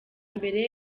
mbere